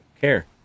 care